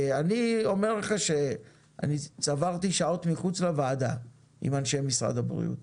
ואני אומר לך שאני צברתי שעות מחוץ לוועדה עם אנשי משרד הבריאות.